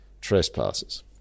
trespasses